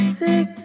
six